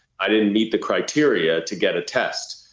i didn't meet the criteria to get a test.